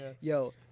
Yo